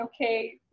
okay